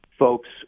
Folks